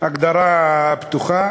הגדרה פתוחה